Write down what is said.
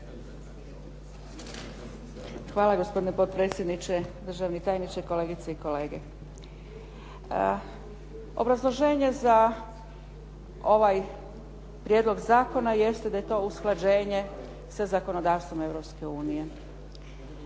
Hvala gospodine potpredsjedniče, državni tajniče, kolegice i kolege. Obrazloženje za ovaj prijedlog zakona jeste da je to usklađenje sa zakonodavstvom